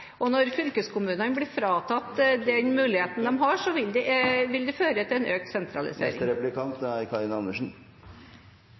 Og når fylkeskommunene blir fratatt den muligheten de har, vil det føre til en økt